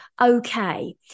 okay